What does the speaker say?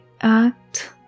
act